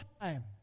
time